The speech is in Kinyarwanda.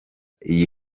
iyi